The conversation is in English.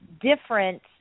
different